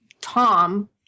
Tom